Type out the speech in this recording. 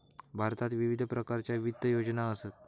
भारतात विविध प्रकारच्या वित्त योजना असत